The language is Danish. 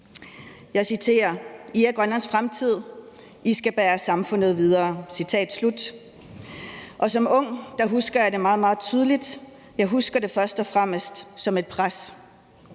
jeg citerer: I er Grønlands fremtid, I skal bære samfundet videre. Citat slut. Som ung husker jeg det meget, meget tydeligt, jeg husker det først og fremmest som et pres.